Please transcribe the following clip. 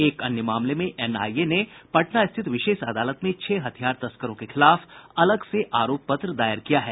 एक अन्य मामले में एनआईए ने पटना रिथित विशेष अदालत में छह हथियार तस्करों के खिलाफ अलग से आरोप पत्र दायर किया है